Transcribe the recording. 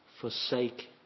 forsake